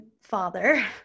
father